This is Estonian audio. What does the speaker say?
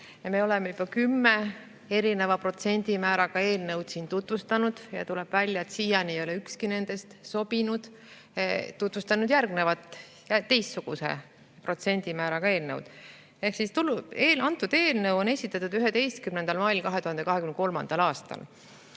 Me oleme juba kümmet erineva protsendimääraga eelnõu siin tutvustanud ja tuleb välja, et siiani ei ole ükski nendest sobinud. Tutvustan nüüd järgnevat, teistsuguse protsendimääraga eelnõu. Eelnõu on esitatud 11. mail 2023. aastal